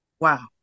wow